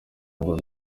ngo